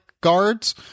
guards